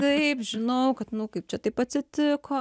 taip žinau kad nu kaip čia taip atsitiko